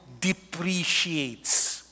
depreciates